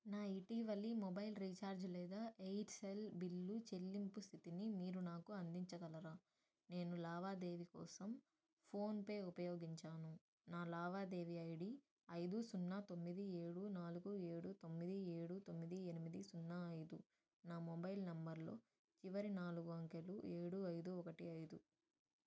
నా ఇటీవలి mobile recharge లేదా ఎయిర్సెల్ బిల్లు చెల్లింపు స్థితిని మీరు నాకు అందించగలరా నేను లావాదేవీ కోసం ఫోన్పే ఉపయోగించాను నా లావాదేవీ ఐడి ఐదు సున్నా తొమ్మిది ఏడు నాలుగు ఏడు తొమ్మిది ఏడు తొమ్మిది ఎనిమిది సున్నా ఐదు నా మొబైల్ నంబర్లో చివరి నాలుగు అంకెలు ఏడు ఐదు ఒకటి ఐదు